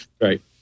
Right